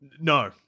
No